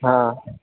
हँ